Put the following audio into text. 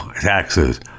taxes